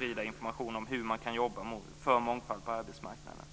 ge information om hur man kan jobba för mångfald på arbetsmarknaden.